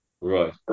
right